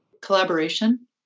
collaboration